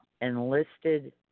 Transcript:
enlisted